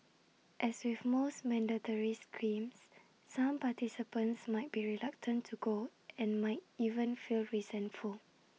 as with most mandatory screams some participants might be reluctant to go and might even feel resentful